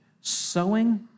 sowing